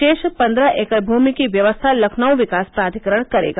शेष पन्द्रह एकड़ भूमि की व्यवस्था लखनऊ विकास प्राधिकरण करेगा